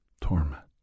torment